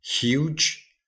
huge